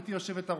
גברתי היושבת-ראש,